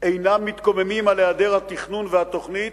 אינם מתקוממים על היעדר התכנון והתוכנית,